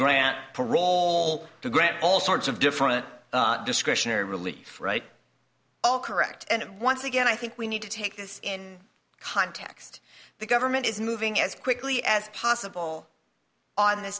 grant parole to grant all sorts of different discretionary relief right all correct and once again i think we need to take this in context the government is moving as quickly as possible on this